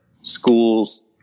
schools